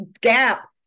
gap